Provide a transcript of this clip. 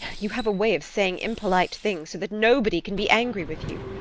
you have a way of saying impolite things so that nobody can be angry with you.